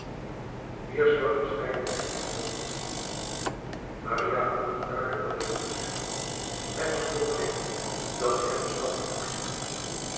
bescheidenheid hem den mond maria gevoelde duidelijk wat hij wilde zeggen zij was overreed dat zij hem bestraffen moest